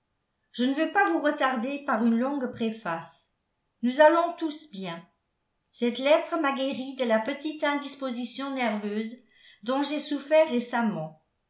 je ne veux pas vous retarder par une longue préface nous allons tous bien cette lettre m'a guérie de la petite indisposition nerveuse dont j'ai souffert récemment